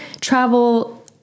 Travel